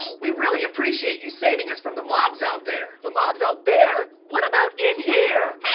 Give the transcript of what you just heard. we really appreciate you saving us from the mobs out there. the mobs out there? what about in here?